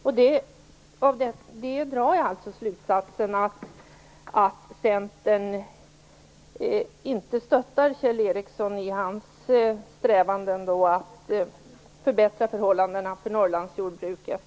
Av detta drar jag alltså slutsatsen att Centern inte stöttar Kjell Ericsson i hans strävanden att förbättra förhållandena för Norrlandsjordbruket.